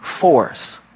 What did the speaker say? force